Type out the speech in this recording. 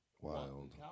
Wild